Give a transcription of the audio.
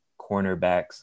cornerbacks